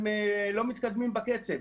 הם לא מתקדמים בקצב.